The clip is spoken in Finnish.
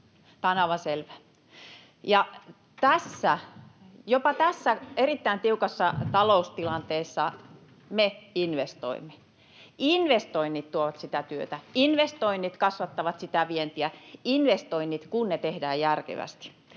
Jopa tässä erittäin tiukassa taloustilanteessa me investoimme. Investoinnit tuovat sitä työtä, investoinnit kasvattavat sitä vientiä — investoinnit, kun ne tehdään järkevästi.